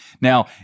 Now